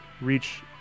reach